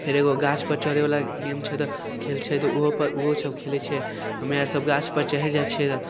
फेर एगो गाछपर चढ़ैवला गेम छै तऽ खेल छै तऽ ओहोपर ओहोसब खेलै छिए हमे आर सभ गाछपर चढ़ि जाइ छिए तऽ